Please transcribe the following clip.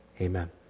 amen